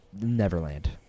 Neverland